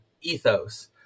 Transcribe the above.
ethos